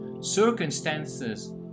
circumstances